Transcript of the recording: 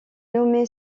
nommé